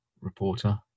reporter